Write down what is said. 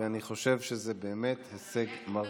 ואני חושב שזה באמת הישג מרשים.